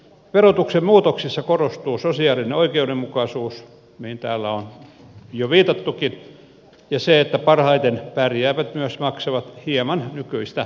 verotuksen muutoksissa korostuu sosiaalinen oikeudenmukaisuus mihin täällä on jo viitattukin ja se että parhaiten pärjäävät myös maksavat hieman nykyistä enemmän